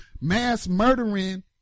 mass-murdering